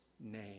name